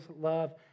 love